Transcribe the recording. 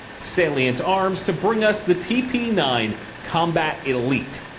salient arms, to bring us the t p nine combat elite.